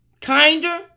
kinder